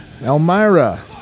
Elmira